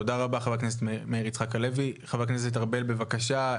תודה רבה חה"כ מאיר יצחק הלוי, חה"כ ארבל, בבקשה.